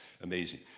amazing